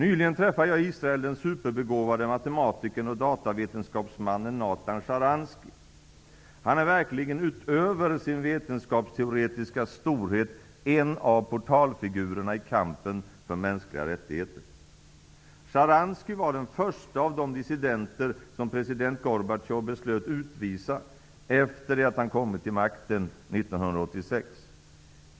yligen träffade jag i Israel den superbegåvade matematikern och datavetenskapsmannen Natan Sharansky. Han är verkligen utöver sin vetenskapsteoretiska storhet en av portalfigurerna i kampen för mänskliga rättigheter. Sharansky var den förste av de dissidenter som president Gorbatjov beslöt utvisa efter det att han kommit till makten 1986.